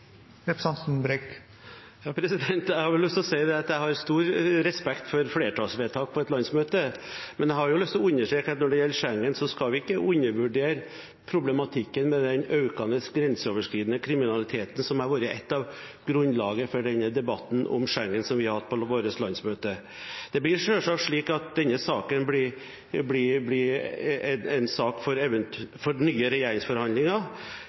Jeg har lyst til å si at jeg har stor respekt for flertallsvedtak på et landsmøte. Men jeg har lyst til å understreke at når det gjelder Schengen, skal vi ikke undervurdere problematikken med den økende grenseoverskridende kriminaliteten, som har vært noe av grunnlaget for den debatten om Schengen som vi har hatt på vårt landsmøte. Det er selvsagt slik at denne saken blir en sak for nye regjeringsforhandlinger.